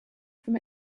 from